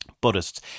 Buddhists